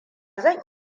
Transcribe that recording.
zan